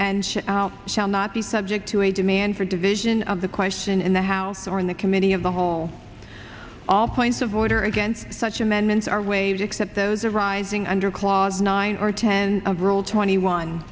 and shall not be subject to a demand for division of the question in the house or in the committee of the whole all points of order against such amendments are waived except those arising under clause nine or ten of rule twenty